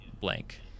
blank